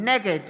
נגד